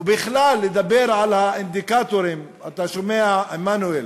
ובכלל לדבר על האינדיקטורים, אתה שומע, מנואל?